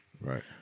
Right